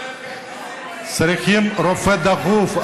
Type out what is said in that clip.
צריכים רופא דחוף.